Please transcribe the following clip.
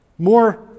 More